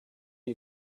you